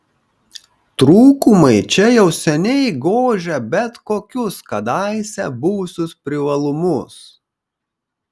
trūkumai čia jau seniai gožia bet kokius kadaise buvusius privalumus